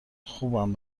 خوبم